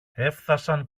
έφθασαν